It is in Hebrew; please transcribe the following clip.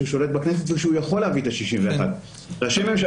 כשהוא שולט בכנסת וכשהוא יכול להביא את ה-61.